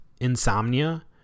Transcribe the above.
insomnia